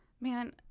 man